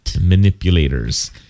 Manipulators